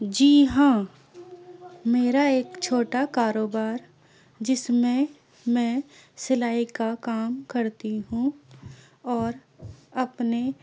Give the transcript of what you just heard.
جی ہاں میرا ایک چھوٹا کاروبار جس میں میں سلائی کا کام کرتی ہوں اور اپنے